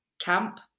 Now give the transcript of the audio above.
camp